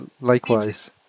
likewise